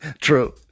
true